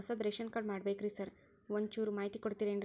ಹೊಸದ್ ration card ಮಾಡ್ಬೇಕ್ರಿ sir ಒಂಚೂರ್ ಮಾಹಿತಿ ಕೊಡ್ತೇರೆನ್ರಿ?